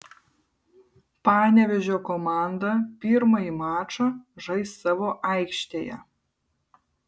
panevėžio komanda pirmąjį mačą žais savo aikštėje